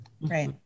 Right